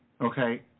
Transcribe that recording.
Okay